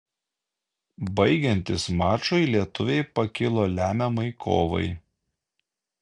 baigiantis mačui lietuviai pakilo lemiamai kovai